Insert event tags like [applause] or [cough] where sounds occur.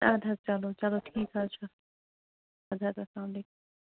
اَدٕ حظ چلو چلو ٹھیٖک حظ چھُ اَدٕ حظ اَلسلامُ [unintelligible]